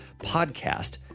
podcast